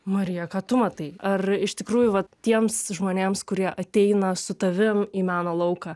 marija ką tu matai ar iš tikrųjų vat tiems žmonėms kurie ateina su tavim į meno lauką